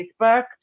Facebook